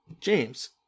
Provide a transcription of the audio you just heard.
james